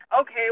okay